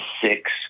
six